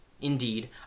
Indeed